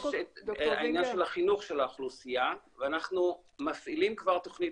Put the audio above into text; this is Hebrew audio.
יש את העניין של החינוך לאוכלוסייה ואנחנו מפעילים כבר תוכנית,